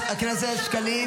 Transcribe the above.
חבר הכנסת שקלים,